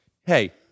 Hey